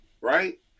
right